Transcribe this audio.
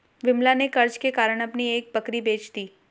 विमला ने कर्ज के कारण अपनी एक बकरी बेच दी